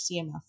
cmf